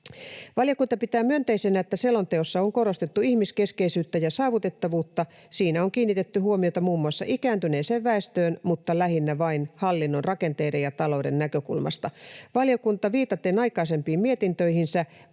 Valiokunta pitää myönteisenä, että selonteossa on korostettu ihmiskeskeisyyttä ja saavutettavuutta. Siinä on kiinnitetty huomiota muun muassa ikääntyneeseen väestöön, mutta lähinnä vain hallinnon rakenteiden ja talouden näkökulmasta. Viitaten aikaisempiin mietintöihinsä